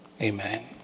amen